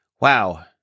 wow